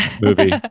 movie